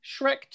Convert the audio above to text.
Shrek